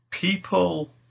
People